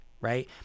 right